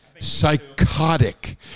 Psychotic